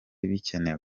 bikenewe